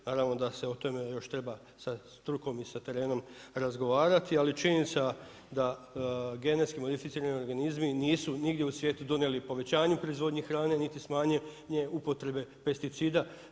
Naravno da se o tome još treba sa strukom i sa terenom razgovarati, ali činjenica da genetski modificirani organizmi nisu nigdje u svijetu donijeli povećanju proizvodnji hrane, niti smanjili upotrebe pesticida.